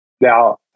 now